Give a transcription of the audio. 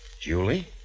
Julie